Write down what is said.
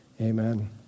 Amen